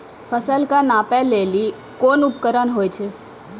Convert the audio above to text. फसल कऽ नापै लेली कोन उपकरण होय छै?